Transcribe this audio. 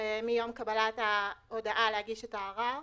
מיום קבלת ההודעה להגיש את הערר.